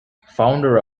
founder